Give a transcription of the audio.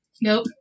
Nope